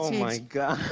my gosh.